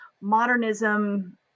modernism